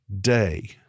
day